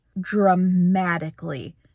dramatically